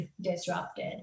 disrupted